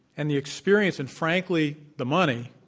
and the experience and frankly, the money,